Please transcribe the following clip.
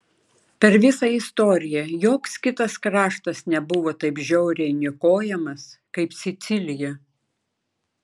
per visą istoriją joks kitas kraštas nebuvo taip žiauriai niokojamas kaip sicilija